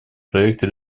проекта